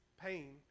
pain